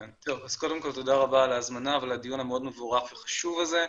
תודה רבה על ההזמנה ועל הדיון המאוד מבורך וחשוב הזה,